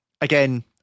again